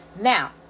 now